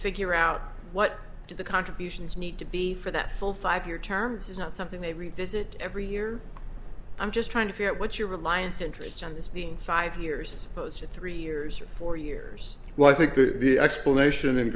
figure out what the contributions need to be for that full five year terms is not something they revisit every year i'm just trying to figure out what your reliance interest on this being side of yours is posted three years or four years well i think the explanation